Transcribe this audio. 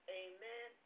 amen